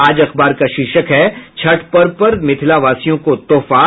आज अखबार का शीर्षक है छठ पर्व पर मिथिलावासियों को तोहफा